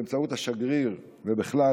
באמצעות השגריר ובכלל,